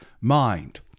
mind